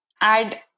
add